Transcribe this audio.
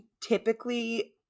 typically